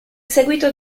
seguito